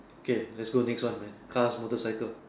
okay let's go next one man cars motorcycle